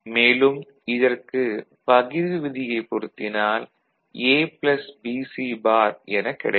மேலும் இதற்கு பகிர்வு விதியைப் பொருத்தினால் A B C' எனக் கிடைக்கும்